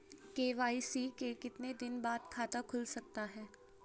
KYC के कितने दिन बाद खाता खुल सकता है?